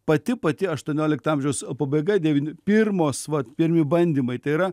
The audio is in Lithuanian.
pati pati aštuoniolikto amžiaus pabaiga devyn pirmos vat pirmi bandymai tai yra